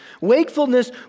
Wakefulness